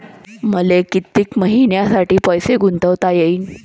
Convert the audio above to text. मले कितीक मईन्यासाठी पैसे गुंतवता येईन?